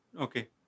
Okay